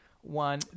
one